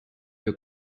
your